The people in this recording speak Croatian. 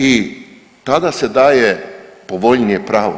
I tada se daje povoljnije pravo.